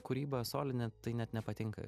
kūryba solinė tai net nepatinka